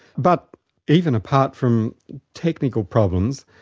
but even apart from technical problems,